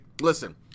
Listen